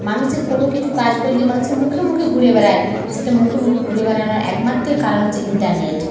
মানুষের কোনো কিছু কাজ করলেই মানুষের মুখে মুখে ঘুরে বেড়ায় সেটা মুখে মুখে ঘুরে বেড়ানোর একমাত্র কারণ হচ্ছে ইন্টারনেট